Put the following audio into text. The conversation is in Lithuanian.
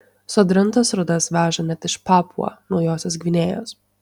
sodrintas rūdas veža net iš papua naujosios gvinėjos